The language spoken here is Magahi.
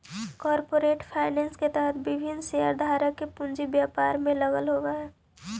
कॉरपोरेट फाइनेंस के तहत विभिन्न शेयरधारक के पूंजी व्यापार में लगल होवऽ हइ